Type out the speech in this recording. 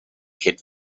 kid